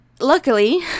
luckily